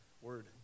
word